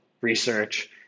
research